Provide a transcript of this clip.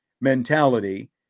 mentality